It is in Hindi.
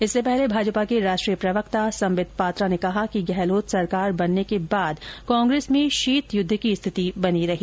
इससे पहले भाजपा के राष्ट्रीय प्रवक्ता संबित पात्रा ने कहा कि गहलोत सरकार बनने के बाद कांग्रेस में शीत युद्ध की स्थिति बनी रही